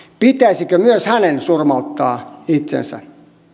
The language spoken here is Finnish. pitäisikö myös hänen surmauttaa itsensä